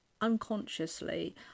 unconsciously